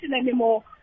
anymore